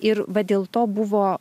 ir va dėl to buvo